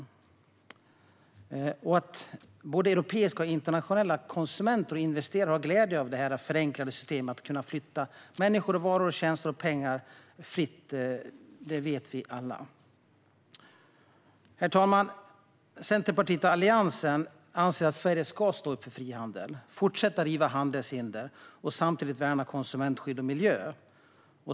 Vi vet alla att både europeiska och internationella konsumenter och investerare har glädje av detta förenklade system - att kunna flytta människor, varor, tjänster och pengar fritt. Herr talman! Centerpartiet och Alliansen anser att Sverige ska stå upp för frihandel, fortsätta att riva handelshinder och samtidigt värna konsumentskydd och miljö.